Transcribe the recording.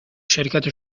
شرکت